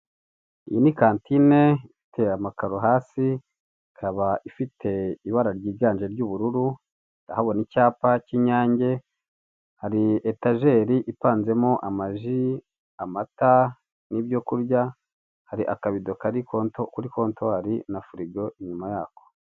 iyi ni kantine iteye amakaro hasi ikaba ifite ibara ryiganje ry'ubururu urahabona icyapa cy'inyange hari etajeri ipanzemo ama ji, amata, nibyokurya. hari akabido kari kuri kontwari na firigo inyuma yako.